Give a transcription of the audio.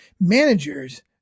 Managers